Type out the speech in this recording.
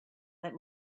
let